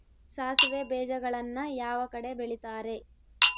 ಸಾಸಿವೆ ಬೇಜಗಳನ್ನ ಯಾವ ಕಡೆ ಬೆಳಿತಾರೆ?